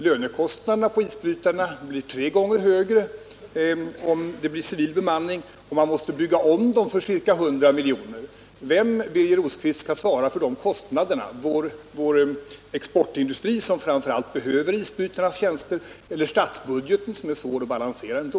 Lönekostnaden på en isbrytare blir tre gånger högre vid civil bemanning, och man måste bygga om för ca 100 milj.kr. Vem, Birger Rosqvist, skall svara för dessa kostnader — vår exportindustri, som framför allt behöver isbrytarnas tjänster, eller statsbudgeten, som är svår att balansera ändå?